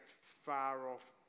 far-off